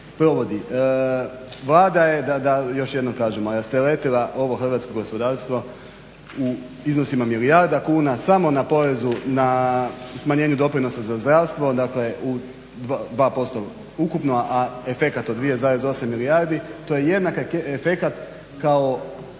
provodi. Vlada je, da još jednom kažemo, rasteretila ovo hrvatsko gospodarstvo u iznosima milijarda kuna samo na porezu na, na smanjenju doprinosa za zdravstvo, dakle 2% ukupno, a efekat od 2,8 milijardi, to je jednak efekat kao